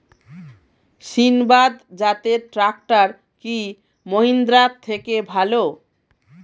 সিণবাদ জাতের ট্রাকটার কি মহিন্দ্রার থেকে ভালো?